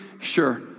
sure